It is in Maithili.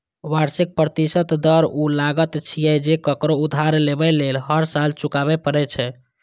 वार्षिक प्रतिशत दर ऊ लागत छियै, जे ककरो उधार लेबय लेल हर साल चुकबै पड़ै छै